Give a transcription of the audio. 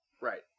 Right